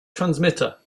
transmitter